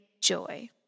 joy